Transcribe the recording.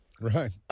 Right